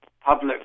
public